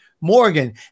Morgan